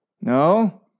No